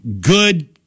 good